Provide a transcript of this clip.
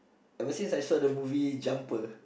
ever since I saw the movie Jumper